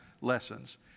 lessons